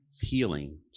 healing